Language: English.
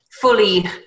fully